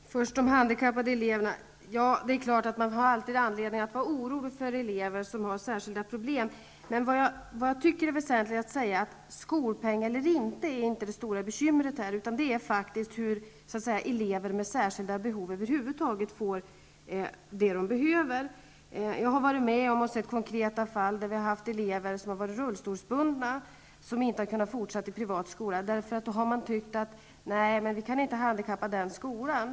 Herr talman! När det gäller de handikappade eleverna är det klart att man alltid har anledning att vara orolig för elever som har särskilda problem. Jag tycker dock att det är väsentligt att säga att frågan om skolpeng eller inte, inte utgör det stora bekymret. Problemet är faktiskt hur elever med särskilda behov över huvud taget skall få det de behöver. Jag har sett konkreta fall med elever som har varit rullstolsbundna som inte har kunnat fortsätta i privatskola. Man har tyckt att man inte kan ha handikappade i den skolan.